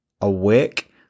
awake